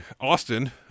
Austin